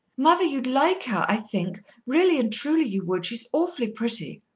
mother, you'd like her, i think, really and truly you would. she's awfully pretty.